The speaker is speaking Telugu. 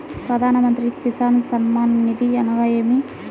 ప్రధాన మంత్రి కిసాన్ సన్మాన్ నిధి అనగా ఏమి?